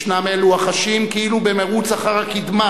ישנם אלו החשים כאילו במירוץ אחר הקדמה,